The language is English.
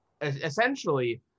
essentially